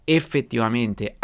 effettivamente